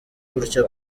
gutya